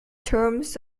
terms